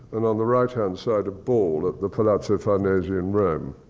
and on the right hand side a ball, at the palazzo farnese in rome.